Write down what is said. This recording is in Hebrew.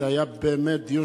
זה היה באמת דיון,